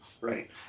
right